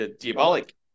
Diabolic